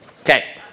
Okay